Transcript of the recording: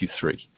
Q3